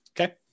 okay